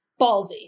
ballsy